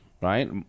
Right